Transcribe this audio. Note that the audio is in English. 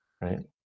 right